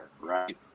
right